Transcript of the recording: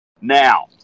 Now